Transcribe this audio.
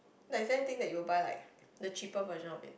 like some thing that you will buy like the cheaper version of it